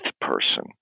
person